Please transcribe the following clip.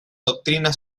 doctrina